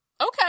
Okay